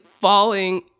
falling